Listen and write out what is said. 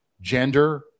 gender